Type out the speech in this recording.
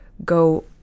go